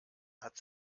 hat